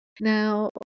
Now